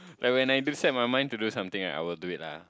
like when I do set my mind to do something right I will do it lah